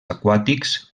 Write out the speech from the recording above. aquàtics